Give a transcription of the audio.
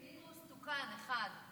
פינדרוס, תוקן: אחד.